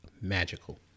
magical